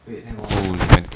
ya that's why that's like